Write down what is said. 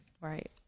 Right